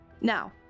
Now